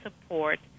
support